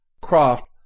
Croft